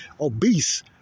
obese